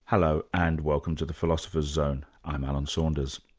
hello, and welcome to the philosopher's zone, i'm alan saunders.